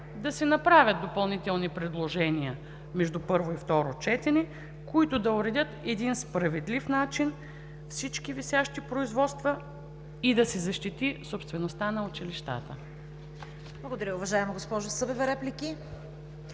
да се направят допълнителни предложения между първо и второ четене, които да уредят по един справедлив начин всички висящи производства и да се защити собствеността на училищата. ПРЕДСЕДАТЕЛ ЦВЕТА